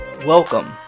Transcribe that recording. Welcome